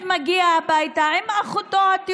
גם סירוס וגם חיסון?